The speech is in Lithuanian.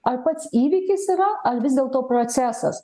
ar pats įvykis yra ar vis dėlto procesas